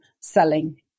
Selling